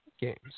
games